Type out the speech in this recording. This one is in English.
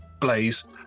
Blaze